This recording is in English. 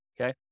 Okay